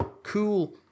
Cool